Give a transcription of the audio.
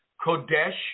Kodesh